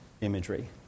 imagery